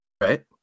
Right